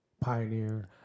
pioneer